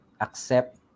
accept